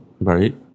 Right